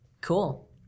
Cool